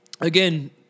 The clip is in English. Again